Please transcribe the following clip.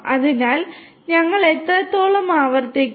അതിനാൽ ഞങ്ങൾ എത്രത്തോളം ആവർത്തിക്കും